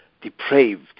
depraved